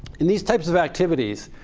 in these types of activities,